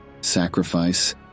sacrifice